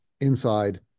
inside